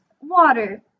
Water